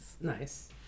Nice